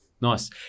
Nice